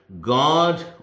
God